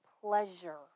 pleasure